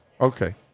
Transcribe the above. Okay